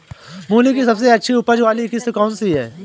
मूली की सबसे अच्छी उपज वाली किश्त कौन सी है?